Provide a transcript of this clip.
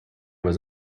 was